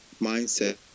mindset